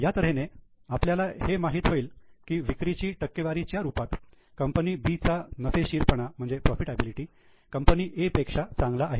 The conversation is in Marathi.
या तऱ्हेने आपल्याला हे माहीत होईल की विक्रीची टक्केवारी च्या रूपात कंपनी B चा नफेशिरपणा कंपनी A पेक्षा चांगला आहे